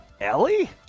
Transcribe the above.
Ellie